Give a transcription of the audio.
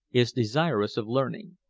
is desirous of learning.